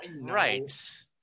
Right